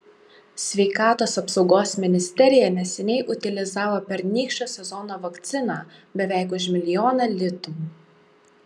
sveikatos apsaugos ministerija neseniai utilizavo pernykščio sezono vakciną beveik už milijoną litų